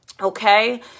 Okay